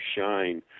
shine